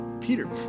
Peter